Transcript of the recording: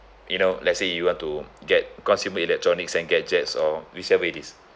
you know let's say you want to get consumer electronics and gadgets or whichever it is